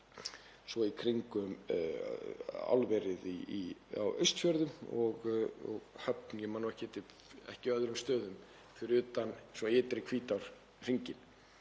svo í kringum álverið á Austfjörðum og á Höfn. Ég man ekki eftir öðrum stöðum fyrir utan ytri Hvítárhringinn.